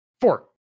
four